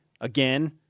again